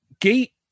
Gate